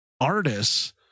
artists